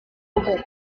úbeda